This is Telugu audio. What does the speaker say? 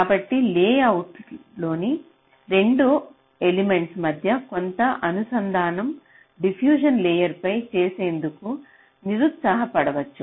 కాబట్టి లేఅవుట్లోని 2 ఎలిమెంట్స్ల మధ్య కొంత అనుసంధానం డిఫ్యూషన్ లేయర్ పై చేసేందుకు నిరుత్సాహపడవచ్చు